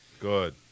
Good